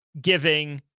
giving